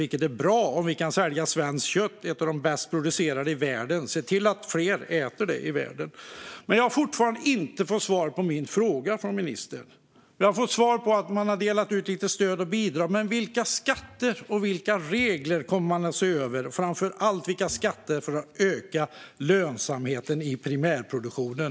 Det är bra om vi kan sälja svenskt kött, som hör till det bäst producerade i världen, och se till att fler äter det i världen. Jag har fortfarande inte fått svar från ministern på min fråga. Jag har fått höra att man har delat ut lite stöd och bidrag, men vilka regler och framför allt vilka skatter kommer man att se över för att öka lönsamheten i primärproduktionen?